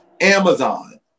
Amazon